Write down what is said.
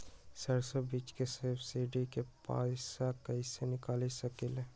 सरसों बीज के सब्सिडी के पैसा कईसे निकाल सकीले?